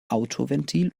autoventil